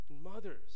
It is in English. mothers